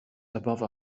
above